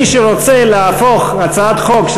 מי שרוצה להפוך הצעת חוק,